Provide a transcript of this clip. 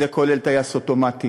זה כולל טייס אוטומטי